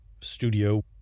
studio